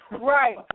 Right